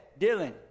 Dylan